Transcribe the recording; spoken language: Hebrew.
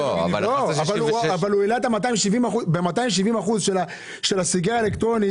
הוא העלה ב-270 אחוזים של הסיגריה האלקטרונית,